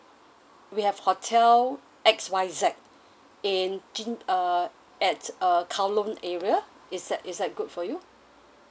we have hotel X Y Z in gin~ uh at uh kowloon area is that is that good for you